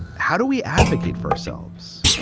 how do we advocate for ourselves?